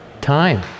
Time